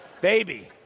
Baby